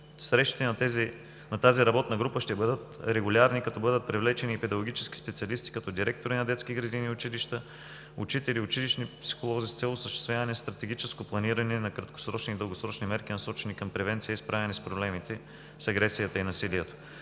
срещите на тази работна група ще бъдат регулярни. Ще бъдат привлечени и педагогически специалисти като директори на детски градини, училища, учители, училищни психолози, с цел осъществяване стратегическо планиране на краткосрочни и дългосрочни мерки, насочени към превенция и справяне с проблемите, с агресията и насилието.